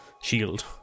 shield